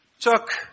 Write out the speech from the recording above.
took